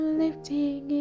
lifting